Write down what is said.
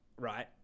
right